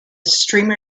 streamer